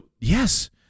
Yes